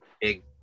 big